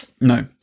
No